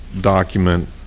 document